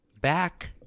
Back